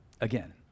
again